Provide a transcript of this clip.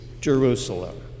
Jerusalem